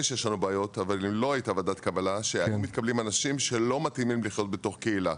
היו מתקבלים אנשים שלא מתאימים לחיות בתוך קהילה.